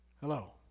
Hello